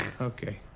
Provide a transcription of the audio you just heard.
Okay